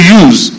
use